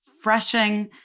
refreshing